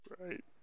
Right